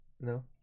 no